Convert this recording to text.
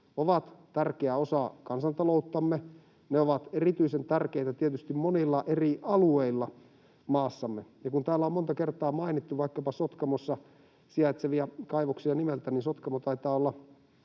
ovat tärkeä osa kansantalouttamme. Ne ovat erityisen tärkeitä tietysti monilla eri alueilla maassamme. Ja kun täällä on monta kertaa mainittu vaikkapa Sotkamossa sijaitsevia kaivoksia nimeltä, niin Sotkamo taitaa olla